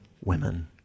women